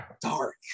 dark